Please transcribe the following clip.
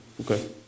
Okay